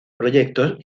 proyectos